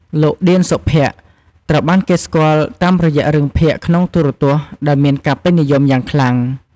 លោក ឌៀន សុភ័ក្រ្ត ត្រូវបានគេស្គាល់តាមរយៈរឿងភាគក្នុងទូរទស្សន៍ដែលមានការពេញនិយមយ៉ាងខ្លាំង។